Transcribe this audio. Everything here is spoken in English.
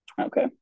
Okay